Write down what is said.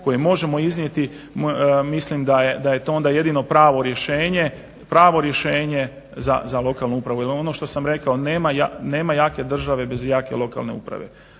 koji možemo iznijeti mislim da je to onda jedino pravo rješenje za lokalnu upravu jer ono što sam rekao, nema jake države bez jake lokalne uprave.